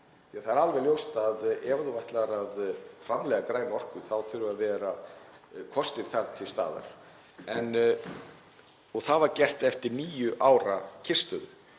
Það er alveg ljóst að ef þú ætlar að framleiða græna orku þá þurfa að vera kostir til staðar og það var gert eftir níu ára kyrrstöðu.